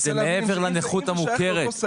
זה מעבר לנכות המוכרת.